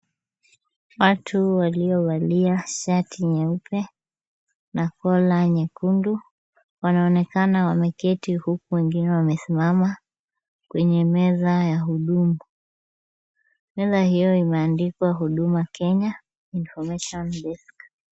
Watu waliovalia shati nyeupe na kola nyekundu wanaonekana wameketi huku wengine wamesimama kwenye meza ya hudumu. Meza hiyo imeandikwa Huduma Kenya information desk .